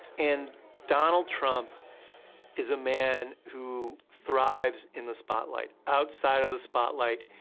and donald trump is a man who thrives in the spotlight. outside of the spotlight,